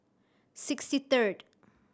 sixty third